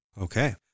Okay